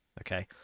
okay